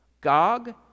gog